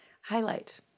highlight